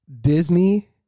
Disney